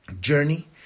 journey